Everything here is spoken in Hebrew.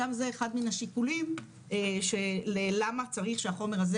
גם זה אחד מן השיקולים של למה צריך שהחומר הזה